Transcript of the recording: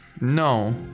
no